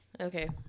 Okay